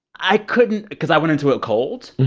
i couldn't because i went into it cold.